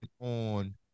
on